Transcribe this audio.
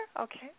Okay